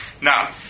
Now